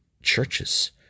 churches